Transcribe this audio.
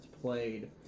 played